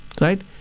right